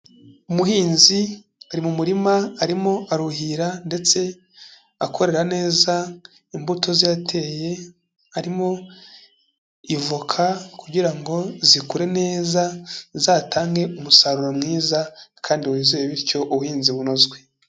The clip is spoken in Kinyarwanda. Umuhinzi ari mu murima arimo aruhira ndetse akorera neza imbuto ze yateye, harimo ivoka kugira ngo zikure neza zizatange umusaruro mwiza kandi wizewe, bityo ubuhinzi bunozwe.